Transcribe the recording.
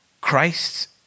Christ